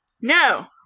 No